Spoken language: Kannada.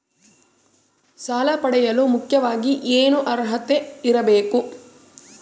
ಸಾಲ ಪಡೆಯಲು ಮುಖ್ಯವಾಗಿ ಏನು ಅರ್ಹತೆ ಇರಬೇಕು?